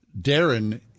Darren